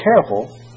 careful